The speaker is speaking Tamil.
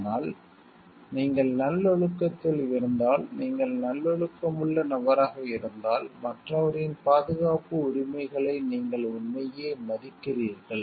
ஆனால் நீங்கள் நல்லொழுக்கத்தில் இருந்தால் நீங்கள் நல்லொழுக்கமுள்ள நபராக இருந்தால் மற்றவரின் பாதுகாப்பு உரிமைகளை நீங்கள் உண்மையிலேயே மதிக்கிறீர்கள்